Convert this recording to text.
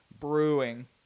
Brewing